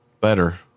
Better